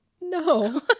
No